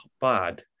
bad